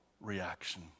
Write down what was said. reaction